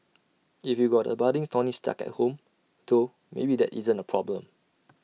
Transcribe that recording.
if you got A budding tony stark at home though maybe that isn't A problem